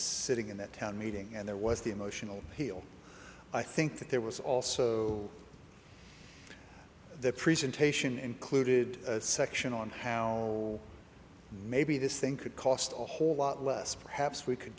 sitting in that town meeting and there was the emotional appeal i think there was also the presentation included a section on how maybe this thing could cost a whole lot less perhaps we could